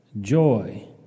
joy